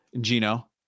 Gino